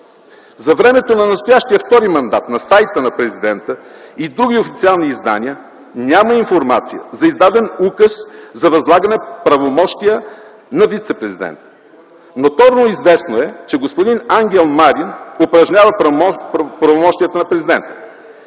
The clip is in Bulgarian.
За времето на настоящия втори мандат на сайта на президента и други официални издания няма информация за издаден указ за възлагане на правомощия на вицепрезидента. Ноторно известно е, че господин Ангел Марин упражнява правомощията на президента.